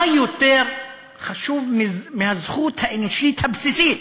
מה יותר חשוב מהזכות האנושית הבסיסית